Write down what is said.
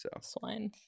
swine